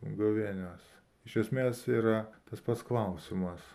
gavėnios iš esmės yra tas pats klausimas